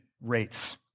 rates